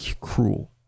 cruel